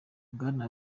bwana